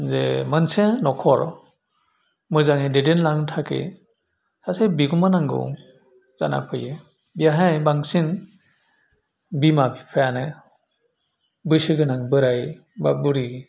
जे मानसे नखर मोजाङै दैदेनलांनो थाखै सासे बिगुमा नांगौ जाना फैयो बेहाय बांसिन बिमा बिफायानो बैसो गोनां बोराइ बा बुरि